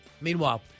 Meanwhile